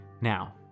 Now